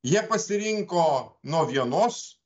jie pasirinko nuo vienos